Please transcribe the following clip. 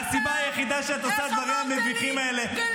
והסיבה היחידה שאת עושה את הדברים המביכים האלה -- איך אמרת לי?